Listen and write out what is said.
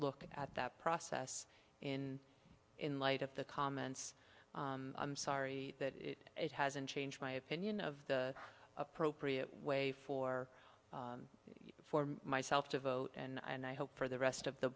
look at that process in in light of the comments i'm sorry that it hasn't changed my opinion of the appropriate way for you for myself to vote and i hope for the rest of the